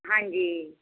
ਹਾਂਜੀ